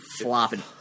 flopping